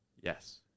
Yes